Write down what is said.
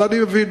את זה אני מבין.